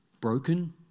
broken